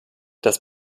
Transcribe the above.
das